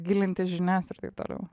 gilinti žinias ir taip toliau